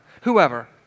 Whoever